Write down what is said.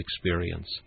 experience